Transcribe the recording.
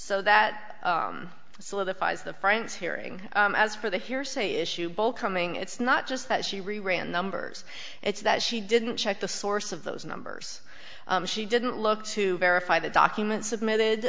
so that solidifies the franks hearing as for the hearsay issue ball coming it's not just that she ran numbers it's that she didn't check the source of those numbers she didn't look to verify the documents submitted